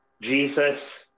Jesus